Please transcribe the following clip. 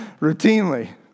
routinely